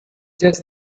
just